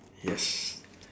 yes